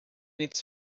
its